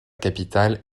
capitale